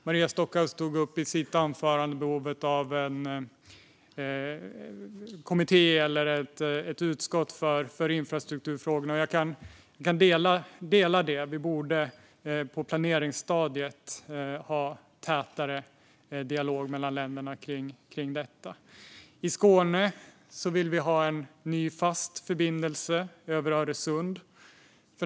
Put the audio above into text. Maria Stockhaus tog i sitt anförande upp behovet av en kommitté eller ett utskott för infrastrukturfrågor. Jag kan hålla med om det. Vi borde på planeringsstadiet ha en tätare dialog mellan länderna om detta. I Skåne vill vi ha en ny fast förbindelse över Öresund.